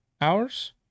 hours